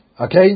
Okay